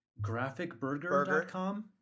graphicburger.com